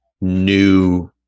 new